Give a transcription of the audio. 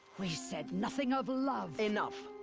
we said nothing of love! enough!